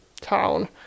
town